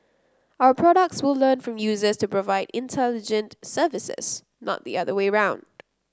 our products will learn from users to provide intelligent services not the other way around